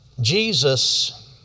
Jesus